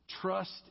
Trust